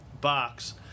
box